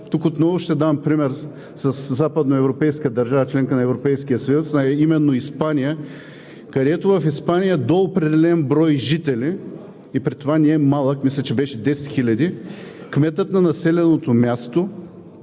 Тук отново ще дам пример със западноевропейска държава – членка на Европейския съюз, а именно Испания, където до определен брой жители – при това немалък, мисля, че беше 10 хиляди – кметът на населеното място